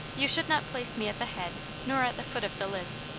you should not place me at the head nor at the foot of the list,